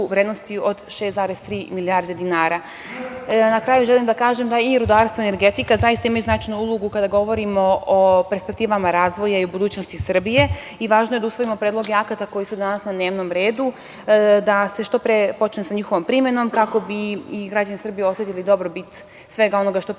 vrednosti od 6,3 milijarde dinara. Na kraju, želim da kažem da i rudarstvo i energetika zaista imaju značajnu ulogu kada govorimo o perspektivama razvoja i budućnosti Srbije. Važno je da usvojimo predloge akata koji su danas na dnevnom redu, da se što pre počne sa njihovom primenom, kako bi i građani Srbije osetili dobrobit svega onoga što predviđamo